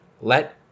let